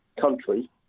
country